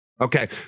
Okay